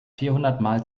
vierhundertmal